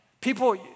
people